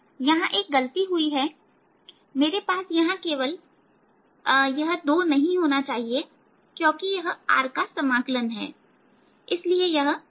यहां एक गलती हुई है मेरे पास यहां यह 2 नहीं होना चाहिए क्योंकि यह r का समाकलन है इसलिए यह 1